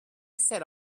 set